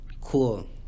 cool